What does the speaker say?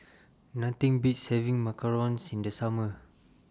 Nothing Beats having Macarons in The Summer